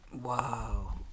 Wow